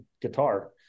guitar